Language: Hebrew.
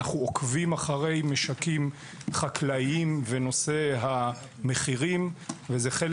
אנחנו עוקבים אחר משקים חקלאיים ונושא המחירים וחלק